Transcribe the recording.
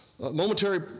momentary